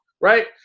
right